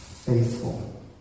Faithful